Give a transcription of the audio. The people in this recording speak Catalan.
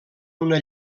una